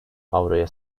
avroya